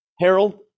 Harold